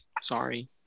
sorry